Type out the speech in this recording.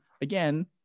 again